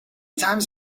times